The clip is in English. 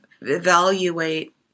evaluate